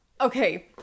okay